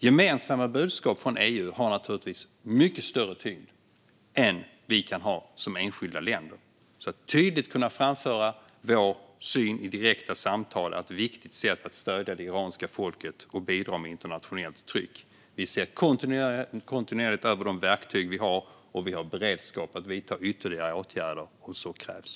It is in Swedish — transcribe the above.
Gemensamma budskap från EU har naturligtvis mycket större tyngd än vad vi kan ha som enskilda länder. Att tydligt kunna framföra vår syn i direkta samtal är ett viktigt sätt att stödja det iranska folket och bidra med internationellt tryck. Vi ser kontinuerligt över de verktyg vi har, och vi har beredskap att vidta ytterligare åtgärder om så krävs.